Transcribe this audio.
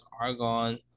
argon